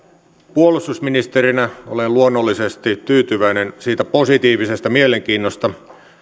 puolustusministerinä olen luonnollisesti tyytyväinen siitä positiivisesta mielenkiinnosta